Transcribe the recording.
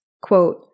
quote